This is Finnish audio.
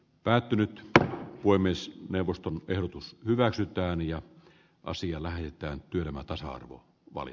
päättynyt tähän voi myös neuvoston ehdotus hyväksytään ja asia lähetetään työelämä tasa arvo oli